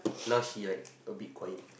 now she like a bit quiet